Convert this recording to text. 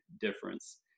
difference